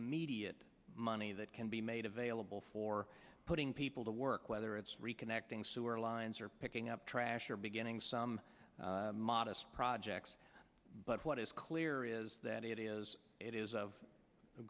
immediate money that can be made available for putting people to work whether it's reconnecting sewer lines or picking up trash or beginning some modest projects but what is clear is that it is it is of